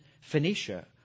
Phoenicia